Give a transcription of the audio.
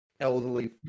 elderly